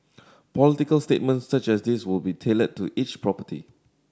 political statements such as these will be tailored to each property